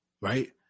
Right